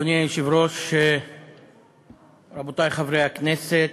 אדוני היושב-ראש, רבותי, חברי הכנסת,